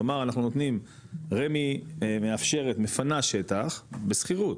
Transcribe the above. לומר אנחנו נותנים רמ"י מאפשרת מפנה שטח בשכירות